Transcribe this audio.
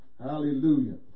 Hallelujah